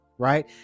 right